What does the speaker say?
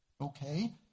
Okay